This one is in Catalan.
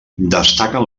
destaquen